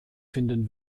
finden